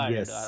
yes